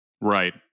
Right